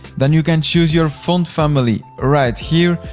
then you can choose your font family right here.